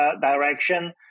direction